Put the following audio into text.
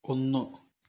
ഒന്ന്